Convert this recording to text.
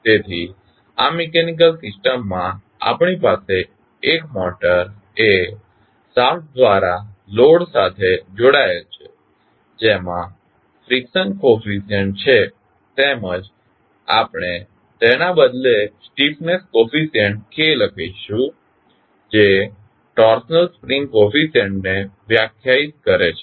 તેથી આ mechanical system માં આપણી પાસે એક મોટર એ શાફ્ટ દ્વારા લોડ સાથે જોડાયેલ છે જેમાં ફ્રીક્શન કોફીસ્યંટ છે તેમજ આપણે તેના બદલે સ્ટિફ્નેસ કોફીસ્યંટ K કહીશું જે ટોર્સનલ સ્પ્રિંગ કોફીસ્યંટને વ્યાખ્યાયિત કરે છે